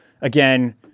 again